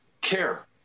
care